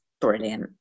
brilliant